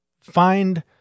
find